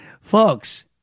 Folks